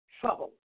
trouble